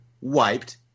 wiped